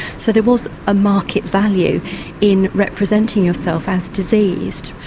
so there was a market value in representing yourself as diseased.